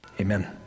Amen